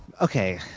okay